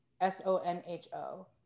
s-o-n-h-o